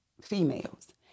females